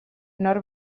nor